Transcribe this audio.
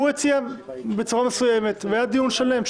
לא הייתה ועדה הוא הציע בצורה מסוימת והיה דיון שלם.